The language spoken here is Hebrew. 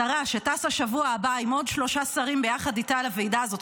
השרה שטסה בשבוע הבא עם עוד שלושה שרים ביחד איתה לוועידה הזאת,